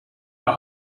der